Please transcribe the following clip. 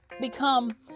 become